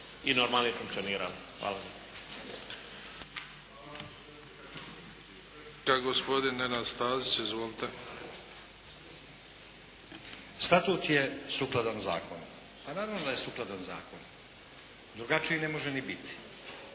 i normalnije funkcioniralo. Hvala.